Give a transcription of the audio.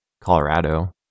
Colorado